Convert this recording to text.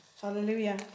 Hallelujah